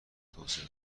توسعه